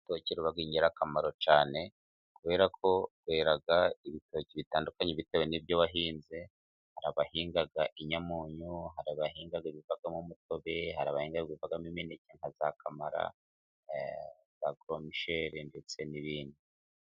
Urutoki biba ingirakamaro cyane, kubera ko rwera ibitoki bitandukanye bitewe n'ibyo wahinze. Hari abahinga inyamunyu, hari abahinga ibivamo nk'umutobe, hari abahinga ibivamo imeneke nka za kamara, goromishere ndetse n'ibindi.